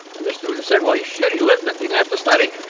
and this student said, well, he should. he lived it. he didn't have to study.